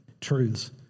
truths